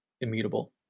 immutable